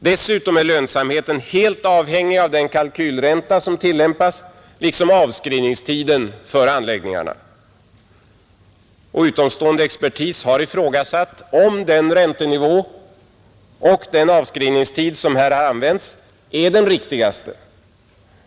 Dessutom är lönsamheten helt avhängig av den kalkylränta som tillämpas liksom avskrivningstiden för anläggningarna. Utomstående expertis har ifrågasatt om den räntenivå och den avskrivningstid som här använts är den riktigaste.